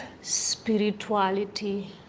spirituality